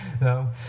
no